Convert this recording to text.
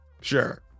sure